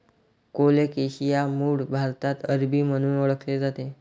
colocasia मूळ भारतात अरबी म्हणून ओळखले जाते